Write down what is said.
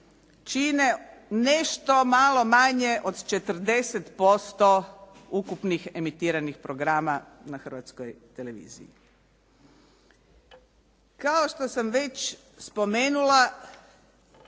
čine nešto malo manje od 40% ukupnih emitiranih programa na Hrvatskoj televiziji. Kao što sam već spomenula